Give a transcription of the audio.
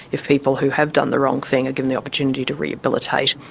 if people who have done the wrong thing are given the opportunity to rehabilitate.